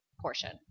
portion